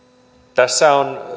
tässä on